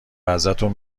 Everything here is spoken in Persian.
ازتون